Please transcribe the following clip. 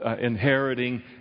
inheriting